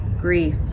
grief